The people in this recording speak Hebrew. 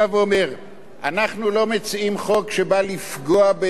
אנחנו לא מציעים חוק שבא לפגוע באזרחים ערבים,